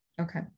Okay